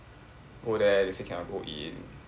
go there they say cannot go in